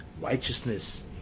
righteousness